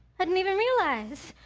i didn't even realize.